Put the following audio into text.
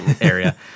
area